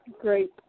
great